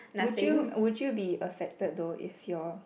would you would you be affected though if your